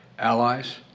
allies